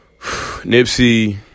Nipsey